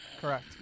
Correct